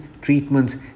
treatments